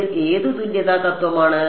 ഇത് ഏത് തുല്യതാ തത്വമാണ്